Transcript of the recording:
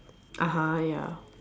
(uh huh) ya